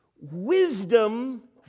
Wisdom